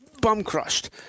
bum-crushed